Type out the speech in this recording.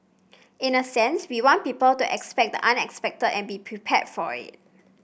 in a sense we want people to expect the unexpected and be prepared for it